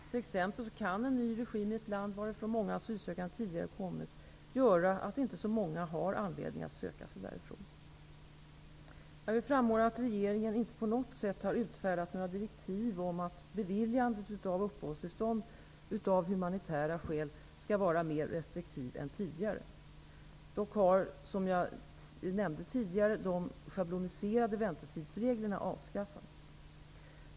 T.ex. kan en ny regim i ett land, varifrån många asylsökande tidigare kommit, göra att inte så många har anledning att söka sig därifrån. Jag vill framhålla att regeringen inte på något sätt utfärdat några direktiv om att bevijandet av uppehållstillstånd av humanitära skäl skall vara mer restriktiv än tidigare. Dock har, som jag nämnde tidigare, de schabloniserade väntetidsreglerna avskaffats.